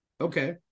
Okay